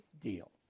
deal